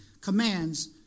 commands